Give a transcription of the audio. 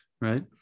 right